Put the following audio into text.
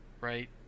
right